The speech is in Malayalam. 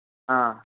ആ